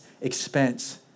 expense